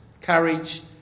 courage